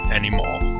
anymore